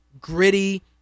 gritty